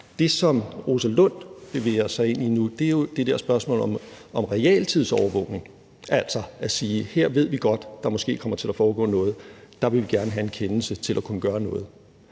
Det, som fru Rosa Lund bevæger sig ind i nu, er jo spørgsmålet om realtidsovervågning, altså hvor vi siger, at vi godt ved, at der her måske kommer til at foregå noget, og gerne vil have en kendelse til at kunne gøre noget.